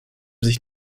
sich